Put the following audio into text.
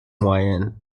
moyenne